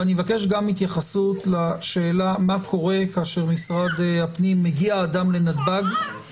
ואני מבקש גם התייחסות לשאלה מה קורה כאשר מגיע אדם לנתב"ג